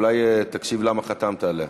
אולי תקשיב למה חתמת עליה?